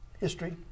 history